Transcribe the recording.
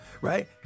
Right